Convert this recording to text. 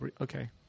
okay